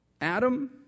Adam